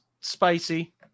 spicy